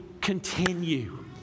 continue